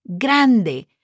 grande